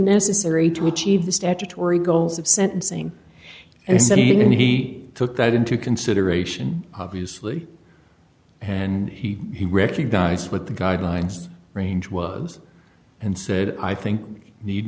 necessary to achieve the statutory goals of sentencing and setting and he took that into consideration obviously and he he recognized what the guidelines range was and said i think need